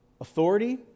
Authority